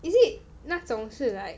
is it 那总是 like